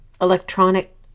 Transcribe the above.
electronic